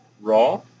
Raw